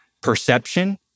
perception